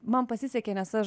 man pasisekė nes aš